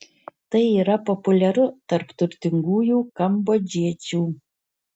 tai yra populiaru tarp turtingųjų kambodžiečiu